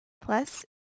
Plus